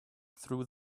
through